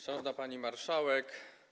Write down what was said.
Szanowna Pani Marszałek!